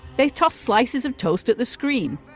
they toss slices of toast at the screen.